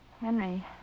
Henry